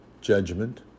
judgment